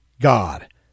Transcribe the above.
God